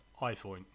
iPhone